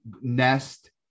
Nest